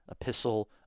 epistle